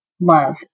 Love